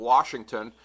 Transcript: Washington